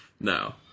No